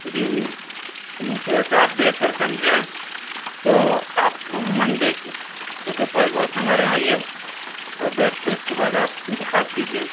جی جی تو جس طرح سے آپ بہتر سمجھیں تو آپ منڈے کو دوپہر کے وقت ہمارے یہاں آئیے اور بیٹھتے ہیں اس کے بعد آپ انتخاب کیجیے